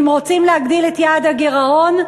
ואם רוצים להגדיל את יעד הגירעון,